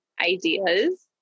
ideas